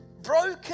Broken